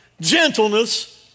gentleness